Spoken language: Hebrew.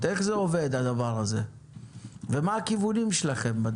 איך זה עובד הדבר הזה ומה הכיוונים שלכם?